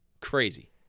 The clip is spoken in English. Crazy